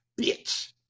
bitch